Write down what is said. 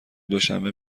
دوشنبه